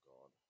God